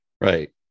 right